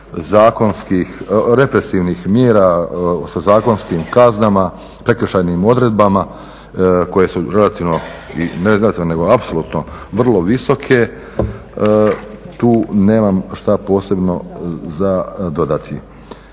zakonskih represivnih mjera sa zakonskim kaznama, prekršajnim odredbama koje su relativno, ne relativno nego apsolutno vrlo visoke. Tu nemam što posebno za dodati.